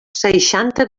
seixanta